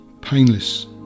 painless